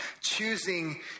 choosing